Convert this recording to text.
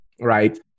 Right